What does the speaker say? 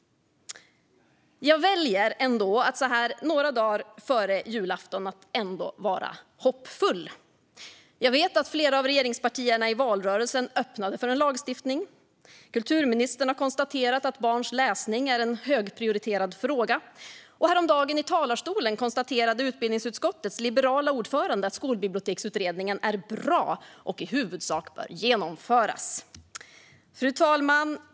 Så här några dagar före julafton väljer jag ändå att vara hoppfull. Jag vet att flera av regeringspartierna i valrörelsen öppnade för en lagstiftning. Kulturministern har konstaterat att barns läsning är en högprioriterad fråga, och häromdagen i talarstolen konstaterade utbildningsutskottets liberala ordförande att Skolbiblioteksutredningen är bra och i huvudsak bör genomföras. Fru talman!